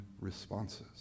responses